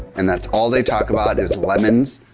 and that's all they talk about is lemons,